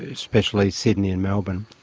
especially sydney and melbourne.